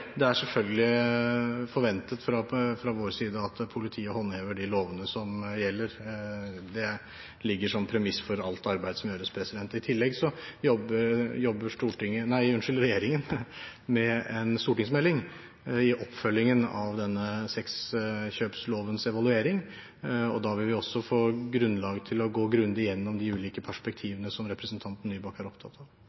Det er selvfølgelig forventet fra vår side at politiet håndhever de lovene som gjelder. Det ligger som premiss for alt arbeid som gjøres. I tillegg jobber regjeringen med en stortingsmelding i oppfølgingen av denne sexkjøpslovens evaluering, og da vil vi også få grunnlag for å gå grundig igjennom de ulike perspektivene som representanten Nybakk er opptatt av.